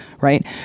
Right